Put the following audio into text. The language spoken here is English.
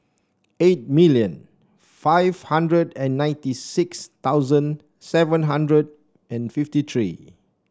eight million five hundred and ninety six thousand seven hundred and fifty three